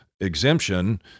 exemption